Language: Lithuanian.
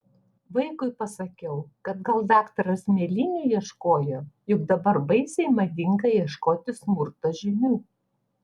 vaikui pasakiau kad gal daktaras mėlynių ieškojo juk dabar baisiai madinga ieškoti smurto žymių